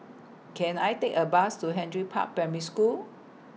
Can I Take A Bus to Henry Park Primary School